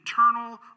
eternal